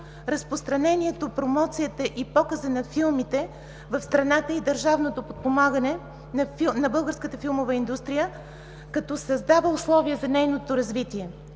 разпространението, промоцията и показа на филмите в страната и държавното подпомагане на българската филмова индустрия, като създава условия за нейното развитие.